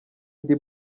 ndi